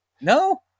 no